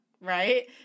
Right